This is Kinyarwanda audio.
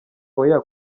oya